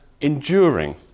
enduring